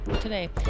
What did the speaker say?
today